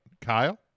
Kyle